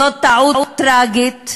זאת טעות טרגית,